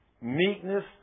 meekness